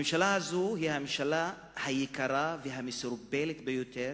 הממשלה הזאת היא הממשלה היקרה והמסורבלת ביותר,